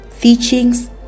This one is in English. teachings